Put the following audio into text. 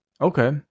Okay